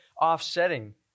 offsetting